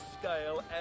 scale